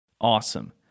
Awesome